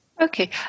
Okay